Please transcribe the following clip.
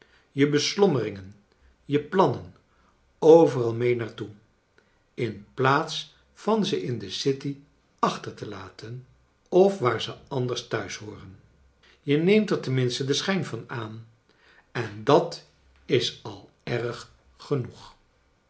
je beslommeringen jeplannen overal mee naar toe in plaats van ze in de city achter te iaten of waar ze anders thuis behooren je neemt er tenminstie den schijn van aan en dat is al erg genoeg